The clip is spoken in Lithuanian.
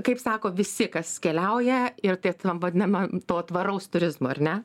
kaip sako visi kas keliauja ir tai vadinama to tvaraus turizmo ar ne